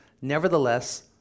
Nevertheless